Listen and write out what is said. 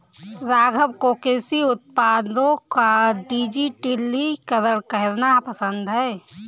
राघव को कृषि उत्पादों का डिजिटलीकरण करना पसंद है